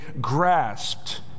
grasped